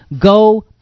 Go